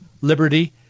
liberty